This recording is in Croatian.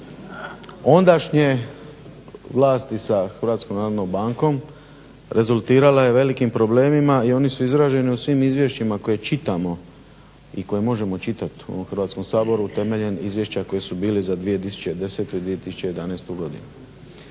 ondašnje vlasti sa HNB rezultirala je velikim problemima i oni su izraženi u svim izvješćima koje čitamo i koje možemo čitati u Hrvatskom saboru temeljem izvješća koji su bili za 2010. I 2011. Godinu.